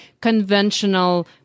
conventional